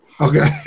Okay